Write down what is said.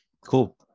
cool